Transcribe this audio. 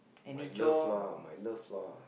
my love lah my love lah